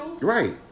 right